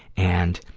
and,